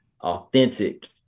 authentic